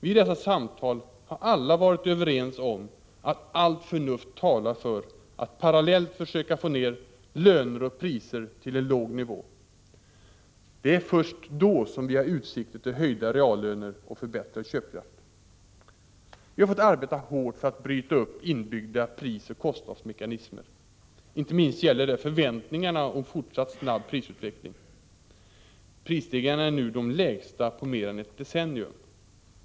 Vid dessa samtal har alla varit överens om att allt förnuft talar för att man parallellt skall försöka få ned löner och priser till en låg nivå. Det är först då som vi har utsikter till höjda reallöner och förbättrad köpkraft. Vi har fått arbeta hårt för att bryta upp inbyggda prisoch kostnadsmekanismer. Det gäller inte minst förväntningarna om fortsatt snabb prisutveckling. Prisstegringarna är nu de lägsta på mer än ett decennium.